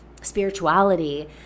Spirituality